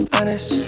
Honest